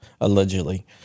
allegedly